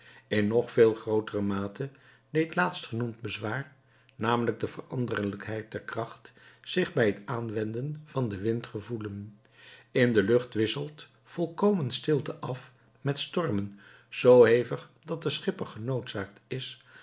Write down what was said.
in nog veel grootere mate deed laatst genoemd bezwaar namelijk de veranderlijkheid der kracht zich bij het aanwenden van den wind gevoelen in de lucht wisselt volkomen stilte af met stormen zoo hevig dat de schipper genoodzaakt is